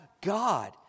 God